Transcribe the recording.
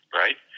right